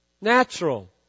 natural